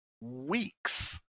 weeks